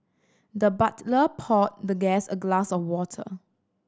the butler poured the guest a glass of water